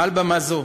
מעל במה זו